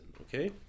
okay